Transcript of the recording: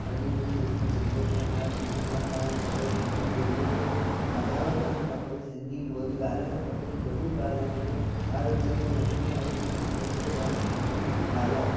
अॼ जी जेकी जनरेशन आहे ईअं न करणु खपे सिंधी ॿोलीअ खे वाधारो ॾियणु खपे सिंधी ॿोली ॻाल्हाइणु खपे ज़रूरु ॻाल्हाइजे हर हिक खे वेनती आहे की हर हिकु ॼणो सिंधी ॻाल्हाए